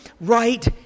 right